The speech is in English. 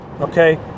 Okay